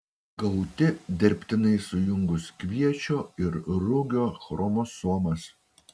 gauti dirbtinai sujungus kviečio ir rugio chromosomas